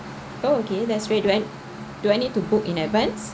oh okay that's great do I do I need to book in advance